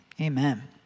Amen